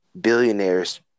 Billionaires